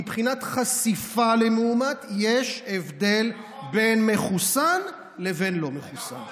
מבחינת חשיפה למאומת יש הבדל בין מחוסן לבין לא מחוסן.